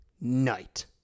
night